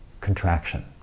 contraction